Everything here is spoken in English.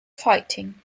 fighting